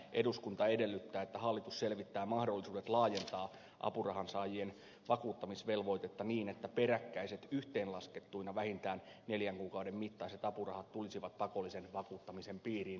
eduskunta edellyttää että hallitus selvittää mahdollisuudet laajentaa apurahansaajien vakuuttamisvelvoitetta niin että peräkkäiset yhteenlaskettuina vähintään neljän kuukauden mittaiset apurahat tulisivat pakollisen vakuuttamisen piiriin